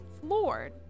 floored